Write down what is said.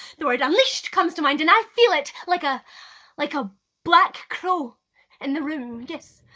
the word unleashed comes to mind and i feel it like ah like a black crow in the room. yes,